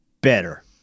better